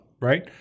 right